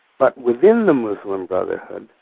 but within the muslim brotherhood,